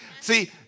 See